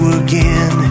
again